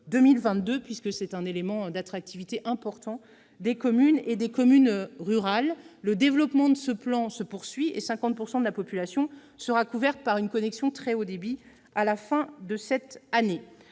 2022. Il s'agit d'un élément d'attractivité important pour les communes, notamment rurales. Le développement de ce plan se poursuit, et 50 % de la population sera couverte par une connexion très haut débit à la fin de cette année.